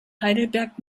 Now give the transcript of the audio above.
heidelberg